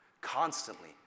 Constantly